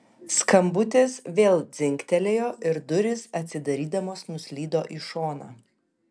skambutis vėl dzingtelėjo ir durys atsidarydamos nuslydo į šoną